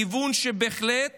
לכיוון שבהחלט